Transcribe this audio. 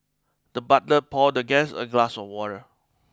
the butler poured the guest a glass of water